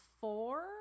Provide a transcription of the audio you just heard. four